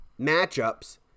matchups